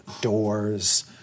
doors